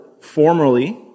formerly